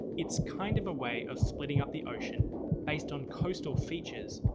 it's kind of a way of splitting up the ocean based on coastal features,